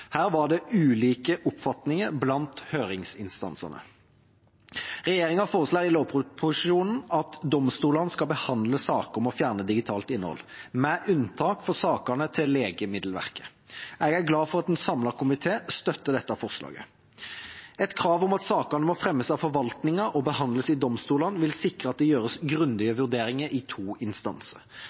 Her var det ulike oppfatninger blant høringsinstansene. Regjeringa foreslår i lovproposisjonen at domstolene skal behandle saker om å fjerne digitalt innhold, med unntak for sakene til Legemiddelverket. Jeg er glad for at en samlet komité støtter dette forslaget. Et krav om at sakene må fremmes av forvaltningen og behandles i domstolene, vil sikre at det gjøres grundige vurderinger i to instanser.